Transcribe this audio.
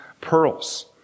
pearls